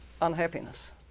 unhappiness